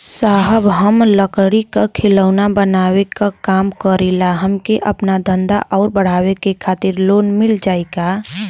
साहब हम लंगड़ी क खिलौना बनावे क काम करी ला हमके आपन धंधा अउर बढ़ावे के खातिर लोन मिल जाई का?